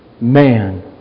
man